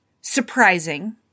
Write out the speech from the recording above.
surprising